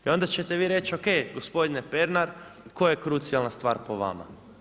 I onda ćete vi reći ok, gospodine Pernar, koje je krucijalna stvar po vama?